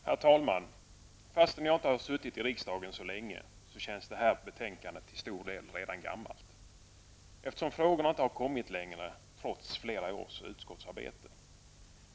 Herr talman! Fastän jag inte har suttit i riksdagen så länge, känns det här betänkandet till stor del redan gammalt, eftersom frågorna inte har kommit längre trots flera års utskottsarbete.